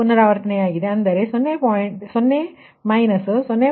ಅಂದರೆ 0 0